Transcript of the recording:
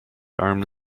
armed